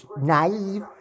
naive